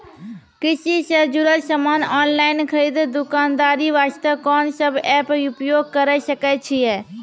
कृषि से जुड़ल समान ऑनलाइन खरीद दुकानदारी वास्ते कोंन सब एप्प उपयोग करें सकय छियै?